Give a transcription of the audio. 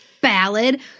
ballad